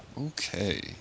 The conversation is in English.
Okay